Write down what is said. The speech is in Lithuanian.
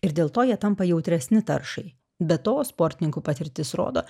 ir dėl to jie tampa jautresni taršai be to sportininkų patirtis rodo